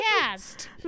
cast